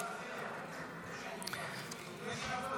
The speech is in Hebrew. מס' 21)